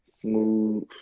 Smooth